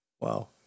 Wow